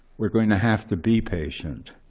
we're going to have to be patient.